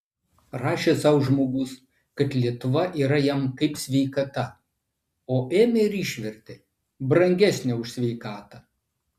rašė sau žmogus kad lietuva jam yra kaip sveikata o ėmė ir išvertė brangesnė už sveikatą